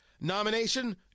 nomination